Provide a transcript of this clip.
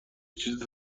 چیز